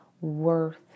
worth